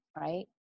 Right